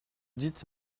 dites